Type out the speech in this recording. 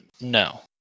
no